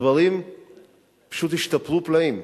הדברים פשוט השתפרו פלאים,